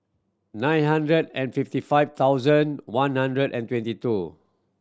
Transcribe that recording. nine hundred and fifty five thousand one hundred and twenty two